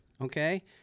okay –